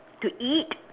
to eat